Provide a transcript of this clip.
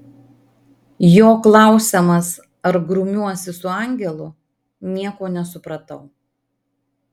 jo klausiamas ar grumiuosi su angelu nieko nesupratau